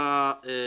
לפסקה (2).